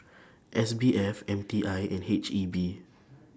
S B F M T I and H E B